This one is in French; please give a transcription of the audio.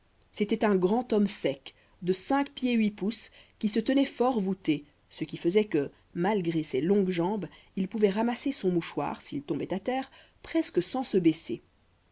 c'était un grand homme sec de cinq pieds huit pouces qui se tenait fort voûté ce qui faisait que malgré ses longues jambes il pouvait ramasser son mouchoir s'il tombait à terre presque sans se baisser